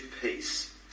peace